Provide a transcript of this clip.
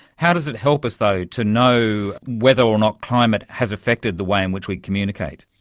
how does it help us though to know whether or not climate has affected the way in which we communicate?